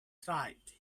tried